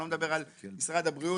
אני לא מדבר על משרד הבריאות,